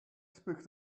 speak